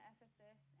Ephesus